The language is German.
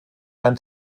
ein